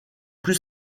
plus